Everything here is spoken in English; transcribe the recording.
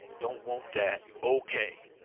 don't want that. okay.